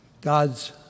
God's